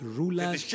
rulers